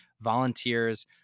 volunteers